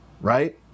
right